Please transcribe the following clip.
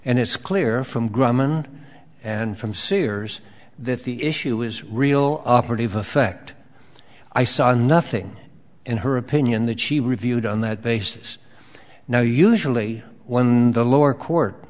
and it's clear from grumman and from sears that the issue is real operative effect i saw nothing in her opinion that she reviewed on that basis now usually when the lower court